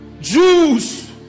Jews